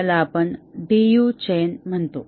याला आपण DU chain म्हणतो